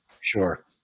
sure